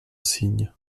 cygne